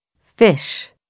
fish